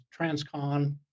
Transcon